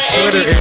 Twitter